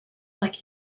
like